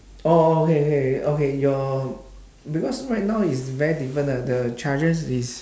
orh orh okay okay okay your because right now is very different ah the charges is